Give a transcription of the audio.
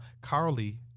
Carly